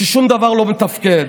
ששום דבר לא מתפקד.